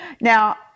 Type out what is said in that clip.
Now